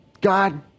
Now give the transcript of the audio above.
God